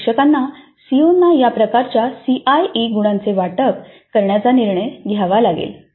तर शिक्षकांना सीओना या प्रकारच्या सीआयई गुणांचे वाटप करण्याचा निर्णय घ्यावा लागेल